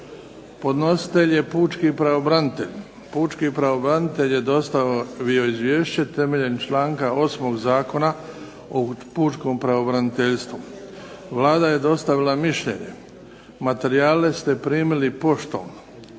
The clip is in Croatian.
Podnositelj: Pučki pravobranitelj Pučki pravobranitelj je dostavio izvješće temeljem članka 8. Zakona o pučkom pravobraniteljstvu. Vlada je dostavila mišljenje. Materijale ste primili poštom.